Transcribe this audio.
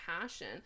passion